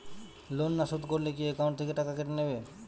Loan না শোধ করলে কি একাউন্ট থেকে টাকা কেটে নেবে?